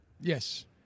Yes